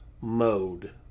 mode